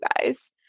guys